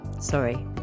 Sorry